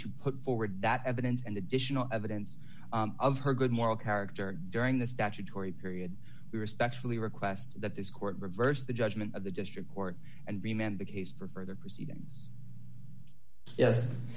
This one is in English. to put forward that evidence and additional evidence of her good moral character during the statutory period we respectfully request that this court reversed the judgment of the district court and remained the case for further proceedings yes